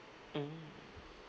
mm